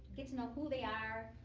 get to know who they are,